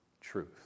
truth